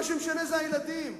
מה שמשנה זה הילדים.